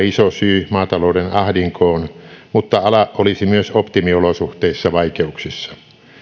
iso syy maatalouden ahdinkoon mutta ala olisi myös optimiolosuhteissa vaikeuksissa